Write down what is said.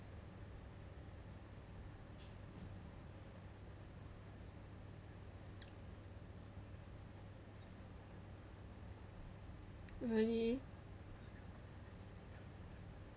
really